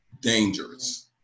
dangerous